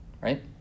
Right